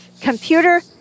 computer